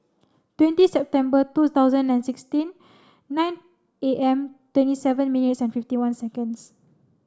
twenty September two thousand and sixteen nine A M twenty seven minutes and fifty one seconds